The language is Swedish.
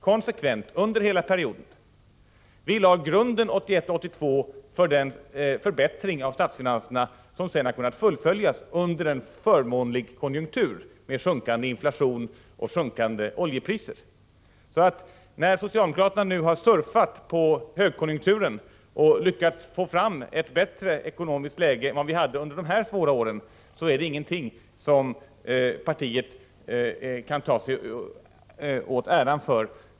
Vi lade grunden 1981-1982 för den förbättring av statsfinanserna som sedan har kunnat fullföljas under en förmånlig konjunktur med minskande inflation och sjunkande oljepriser. När socialdemokraterna nu har surfat på högkonjunkturen och lyckats få fram ett bättre ekonomiskt läge än vad vi hade under dessa svåra år är det alltså ingenting som partiet kan ta åt sig äran för.